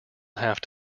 have